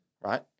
Right